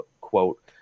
quote